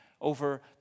over